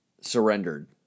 surrendered